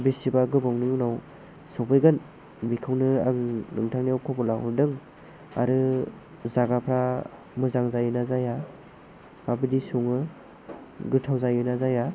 बेसेबा गोबावनि उनाव सफैगोन बेखौनो आं नोंथांनियाव ख'बर लाहरदों आरो जाग्राफोरा मोजां जायोना जाया माबायदि सङो गोथाव जायोना जाया